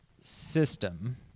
system